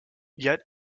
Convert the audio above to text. yet